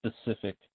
specific